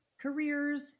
careers